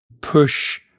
push